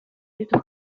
ditu